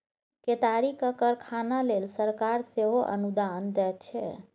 केतारीक कारखाना लेल सरकार सेहो अनुदान दैत छै